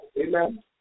Amen